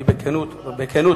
אני אומר בכנות עכשיו,